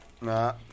Nah